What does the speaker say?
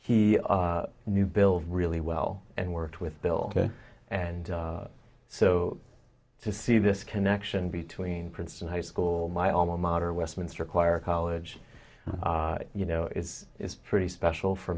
knew bill really well and worked with bill and so to see this connection between princeton high school my alma mater westminster choir college you know it's it's pretty special for